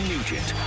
Nugent